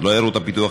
לא עיירות הפיתוח,